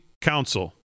council